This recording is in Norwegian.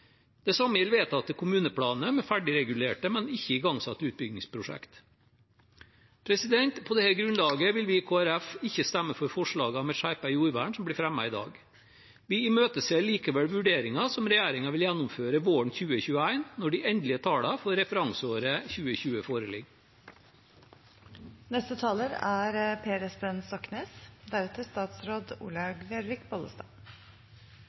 Det samme gjelder vedtatte kommuneplaner med ferdigregulerte, men ikke igangsatte, utbyggingsprosjekt. På dette grunnlaget vil vi i Kristelig Folkeparti ikke stemme for forslagene om et skjerpet jordvern som blir fremmet i dag. Vi imøteser likevel vurderingen som regjeringen vil gjennomføre våren 2021, når de endelige tallene for referanseåret 2020 foreligger. Matjorda er